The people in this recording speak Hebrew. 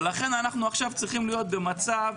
ולכן אנחנו עכשיו צריכים להיות במצב,